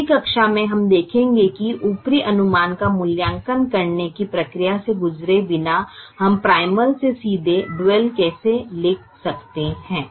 अगली कक्षा में हम देखेंगे कि ऊपरी अनुमान का मूल्यांकन करने की प्रक्रिया से गुजरे बिना हम प्राइमल से सीधे ड्यूल कैसे लिख सकते हैं